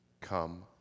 come